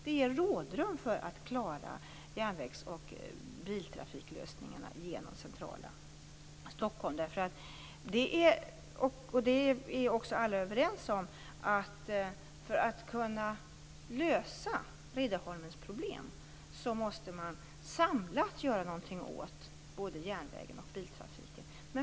Detta ger rådrum för att klara järnvägsoch biltrafiklösningarna genom centrala Stockholm. Alla är överens om att man, för att kunna lösa Riddarholmens problem, samlat måste göra någonting åt både järnvägen och biltrafiken.